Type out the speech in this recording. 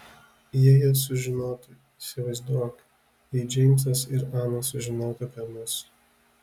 jei jie sužinotų įsivaizduok jei džeimsas ir ana sužinotų apie mus